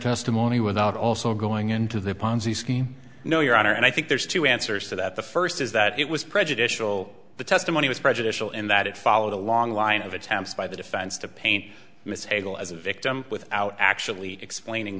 testimony without also going into the ponzi scheme no your honor and i think there's two answers to that the first is that it was prejudicial the testimony was prejudicial in that it followed a long line of attempts by the defense to paint mishandle as a victim without actually explaining